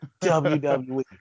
WWE